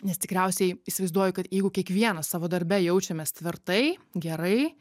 nes tikriausiai įsivaizduoju kad jeigu kiekvienas savo darbe jaučiamės tvirtai gerai